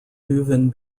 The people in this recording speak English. leuven